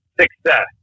success